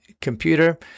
computer